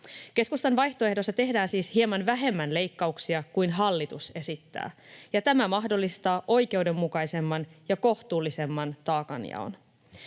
Keskustan vaihtoehdossa tehdään siis hieman vähemmän leikkauksia kuin hallitus esittää, ja tämä mahdollistaa oikeudenmukaisemman ja kohtuullisemman taakanjaon.